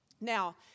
Now